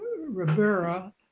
Rivera